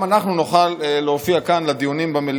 אנחנו עוברים לנאומים בני